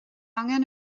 angen